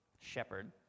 shepherd